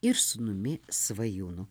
ir sūnumi svajūnu